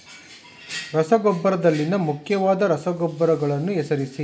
ರಸಗೊಬ್ಬರದಲ್ಲಿನ ಮುಖ್ಯವಾದ ರಸಗೊಬ್ಬರಗಳನ್ನು ಹೆಸರಿಸಿ?